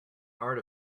art